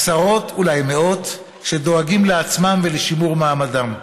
עשרות, אולי מאות, שדואגים לעצמם ולשימור מעמדם.